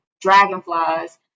dragonflies